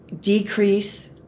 decrease